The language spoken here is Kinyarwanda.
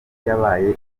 yabaye